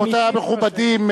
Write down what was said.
רבותי המכובדים,